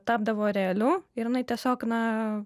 tapdavo realiu ir jinai tiesiog na